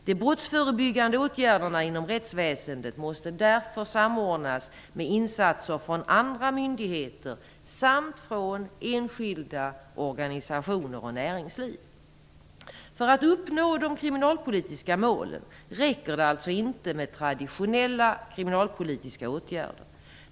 De brottsförebyggande åtgärderna inom rättsväsendet måste därför samordnas med insatser från andra myndigheter samt från enskilda organisationer och näringsliv. För att uppnå de kriminalpolitiska målen räcker det alltså inte med traditionella kriminalpolitiska åtgärder.